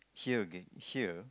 here again here